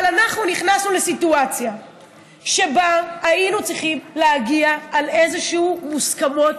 אבל אנחנו נכנסנו לסיטואציה שבה היינו צריכים להגיע לאיזשהן הסכמות,